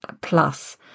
plus